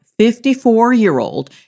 54-year-old